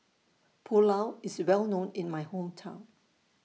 Pulao IS Well known in My Hometown